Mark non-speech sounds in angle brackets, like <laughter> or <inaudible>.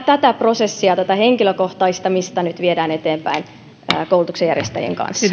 tätä prosessia tätä henkilökohtaistamista nyt viedään eteenpäin koulutuksenjärjestäjien kanssa <unintelligible>